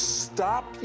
stop